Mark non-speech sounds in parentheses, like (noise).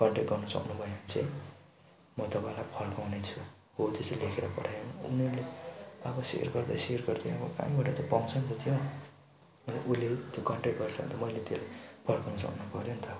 contact गर्नुसक्नु भयो भने चाहिँ म तपाईँलाई फर्काउने छु हो त्यस्तो लेखेर पठायो भने उनीहरूले अब सेयर गर्दै सेयर गर्दै अब कहाँबाट चाहिँ पाउँछ (unintelligible) उसले त्यो कन्ट्याक गर्छ अन्त मैले त्यो फर्काउनु सक्नुपर्यो नि त